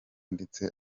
ndetse